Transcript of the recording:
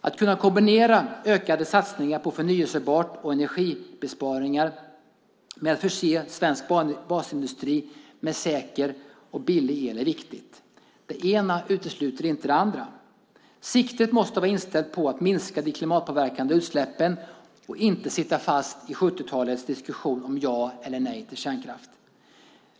Att kunna kombinera ökade satsningar på förnybart och energibesparingar med att förse svensk basindustri med säker och billig el är viktigt. Det ena utesluter inte det andra. Siktet måste vara inställt på att minska de klimatpåverkande utsläppen och inte sitta fast i 70-talets diskussion om ja eller nej till kärnkraft.